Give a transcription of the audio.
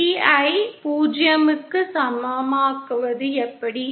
Bஐ 0 க்கு சமமாக்குவது எப்படி